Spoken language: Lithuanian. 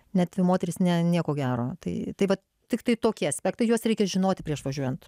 net dvi moterys ne nieko gero tai tai vat tiktai tokie aspektai juos reikia žinoti prieš važiuojant